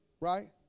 right